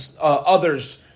others